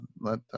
let